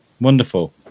Wonderful